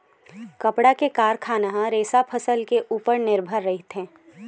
कपड़ा के कारखाना ह रेसा फसल के उपर निरभर रहिथे